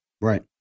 Right